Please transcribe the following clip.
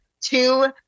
two